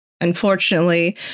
Unfortunately